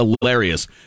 hilarious